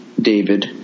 David